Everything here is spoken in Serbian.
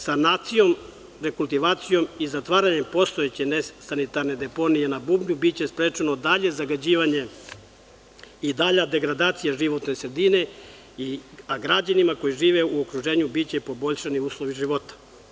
Sanacijom, dekultivacijom i zatvaranjem postojeće nesanitarne deponije na Bubnju, biće sprečeno dalje zagađivanje i dalja degradacija životne sredine, a građanima koji žive u okruženju biće poboljšani uslovi života.